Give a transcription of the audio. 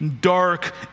dark